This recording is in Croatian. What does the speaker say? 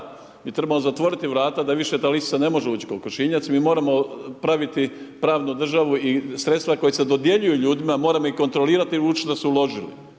i trebamo zatvoriti vrata da više ta lisica ne može ući u kokošinjac, mi moramo praviti pravnu državu i sredstva koja se dodjeljuju ljudima, moramo ih kontrolirati …/Govornik se ne